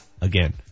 again